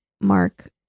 Mark